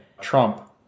Trump